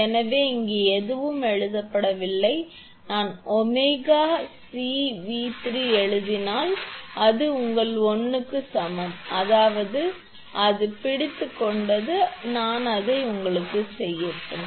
எனவே இங்கு எதுவும் எழுதப்படவில்லை நான் 𝜔𝐶𝑉3 எழுதினால் உங்கள் I சமம் அதாவது அது பிடித்துக் கொண்டது நான் அதை உங்களுக்காகச் செய்யட்டும்